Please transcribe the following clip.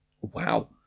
Wow